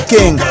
King